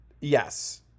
Yes